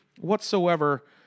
whatsoever